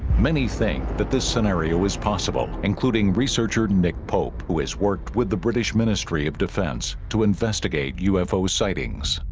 many think that this scenario is possible including researcher nick pope who has worked with the british ministry of defence to investigate ufo sightings